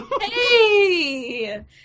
Hey